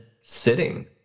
sitting